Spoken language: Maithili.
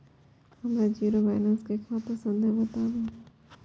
हमर जीरो बैलेंस के खाता संख्या बतबु?